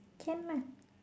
can lah